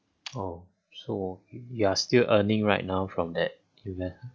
oh so you are still earning right now from that